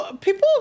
people